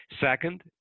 Second